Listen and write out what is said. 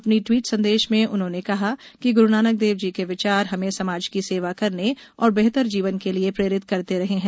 अपने ट्वीट संदेश में उन्होंने कहा कि गुरू नानक देव जी के विचार हमें समाज की सेवा करने और बेहतर जीवन के लिए प्रेरित करते रहे हैं